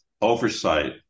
oversight